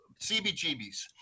CBGBs